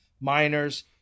Miners